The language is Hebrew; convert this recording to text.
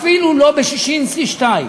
אפילו לא בששינסקי 2,